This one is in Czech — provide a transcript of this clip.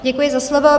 Děkuji za slovo.